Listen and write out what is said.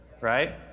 right